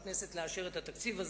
מהכנסת לאשר את התקציב הזה,